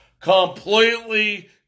completely